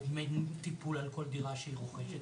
או דמי טיפול על כל דירה שהיא רוכשת,